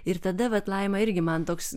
ir tada vat laima irgi man toks